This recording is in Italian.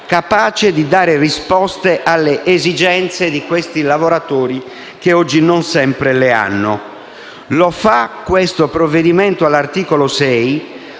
capace di dare risposte alle esigenze di questi lavoratori che oggi non sempre hanno. Lo fa all'articolo 6,